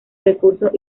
recursos